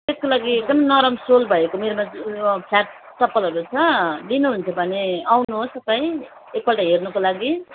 त्यसको लागि एकदम नरम सोल भएको मेरोमा उयो फ्ल्याट चप्पलहरू छ लिनुहुन्छ भने आउनुहोस् न त है एकपल्ट हेर्नुको लागि